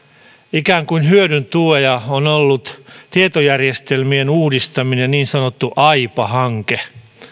ikään kuin hyödyn tuoja on ollut tietojärjestelmien uudistaminen niin sanottu aipa hanke